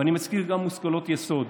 ואני מזכיר גם מושכלות יסוד.